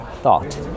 thought